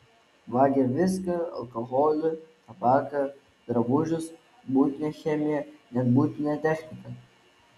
vagia viską alkoholį tabaką drabužius buitinę chemiją net buitinę techniką